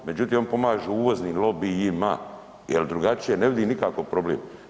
Međutim, on pomaže uvoznim lobijima jel drugačije ne vidim nikako problem.